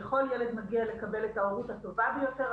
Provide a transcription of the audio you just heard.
לכל ילד מגיע לקבל את ההורות הטובה ביותר,